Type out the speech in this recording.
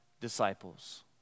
disciples